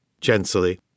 gently